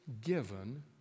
given